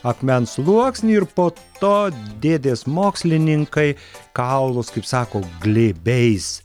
akmens sluoksnį ir po to dėdės mokslininkai kaulus kaip sako glėbiais